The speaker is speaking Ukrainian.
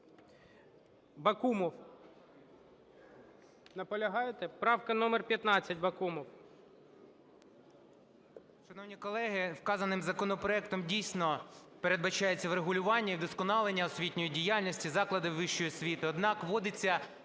Бакумов. Наполягаєте? Правка номер 15, Бакумов.